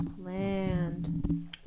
land